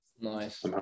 Nice